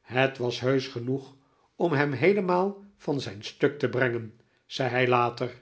het was heusch genoeg om hem heelemaal van zijn stuk te brengen zei hij later